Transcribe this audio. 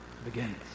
begins